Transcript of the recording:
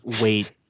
wait